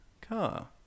car